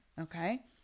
okay